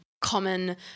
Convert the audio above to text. Common